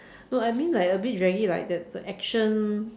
no I mean like a bit draggy like the the action